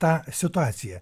tą situaciją